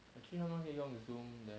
actually 他们可以用 zoom then